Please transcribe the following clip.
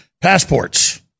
passports